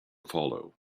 follow